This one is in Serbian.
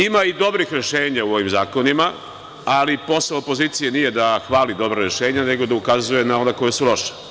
Ima i dobrih rešenja u ovim zakonima, ali posao opozicije nije da hvali dobra rešenja, nego da ukazuje na ona koja su loša.